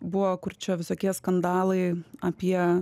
buvo kur čia visokie skandalai apie